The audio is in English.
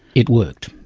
it worked.